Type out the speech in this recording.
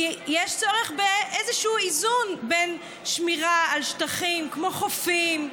כי יש צורך באיזשהו איזון בין שמירה על שטחים כמו חופים,